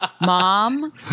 mom